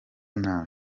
nabi